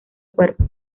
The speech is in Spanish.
cuerpo